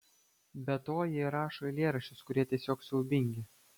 be to ji rašo eilėraščius kurie tiesiog siaubingi